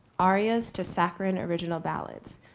arias to sacrine original ballads.